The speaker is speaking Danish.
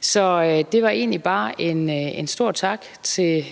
Så det var egentlig bare en stor tak til